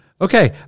Okay